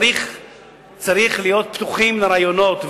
צריך להיות פתוחים לרעיונות,